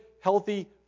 healthy